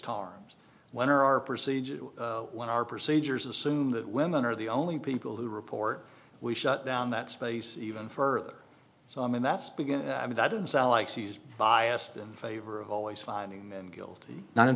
harms when are our procedures when our procedures assume that women are the only people who report we shut down that space even further so i mean that's big and i mean that doesn't sound like she's biased in favor of always finding them guilty not in